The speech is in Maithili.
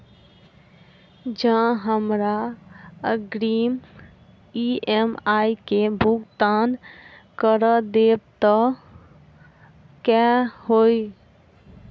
जँ हमरा अग्रिम ई.एम.आई केँ भुगतान करऽ देब तऽ कऽ होइ?